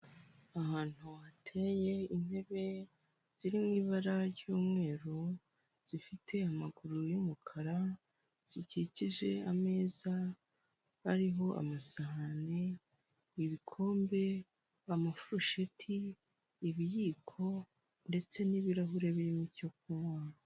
Ahantu hateye intebe ziri mu ibara ry'umweru zifite amaguru y'umukara zikikije ameza ariho amasahani, ibikombe, amafurusheti, ibiyiko, ndetse n'ibirahure birimo ibyo kunywa.